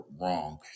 wrong